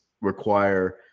require